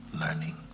learning